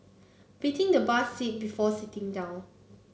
beating the bus seat before sitting down